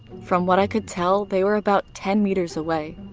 from what i could tell, they were about ten meters away.